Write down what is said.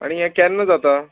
आनी हें केन्ना जाता